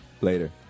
Later